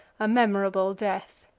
a memorable death.